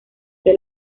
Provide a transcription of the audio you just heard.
que